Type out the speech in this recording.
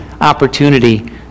opportunity